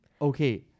okay